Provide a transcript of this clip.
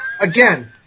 Again